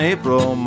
April